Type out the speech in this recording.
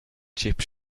chip